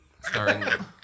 starring